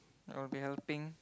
I will be helping